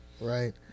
right